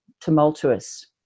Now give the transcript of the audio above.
tumultuous